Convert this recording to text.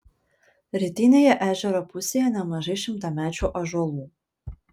rytinėje ežero pusėje nemažai šimtamečių ąžuolų